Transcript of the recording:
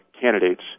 candidates